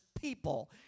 people